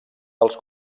dels